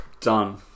done